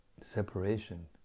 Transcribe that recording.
separation